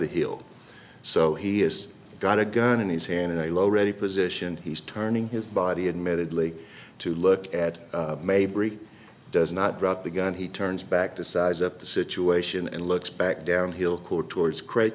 the hill so he has got a gun in his hand and a low ready position he's turning his body admittedly to look at mayberry does not drop the gun he turns back to size up the situation and looks back down hill court towards cra